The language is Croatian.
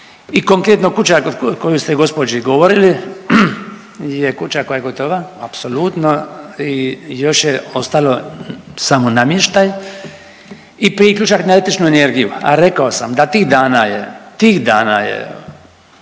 i konkretno, kuća kod koju ste gospođi govorili je kuća koja je gotova apsolutno i još je ostalo samo namještaj i priključak na električnu energiju, a rekao sam da tih dana je, tih dana je